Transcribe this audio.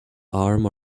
arm